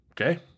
Okay